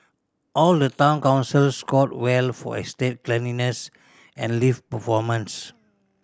all the town councils scored well for estate cleanliness and lift performance